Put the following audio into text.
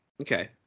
Okay